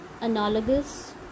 analogous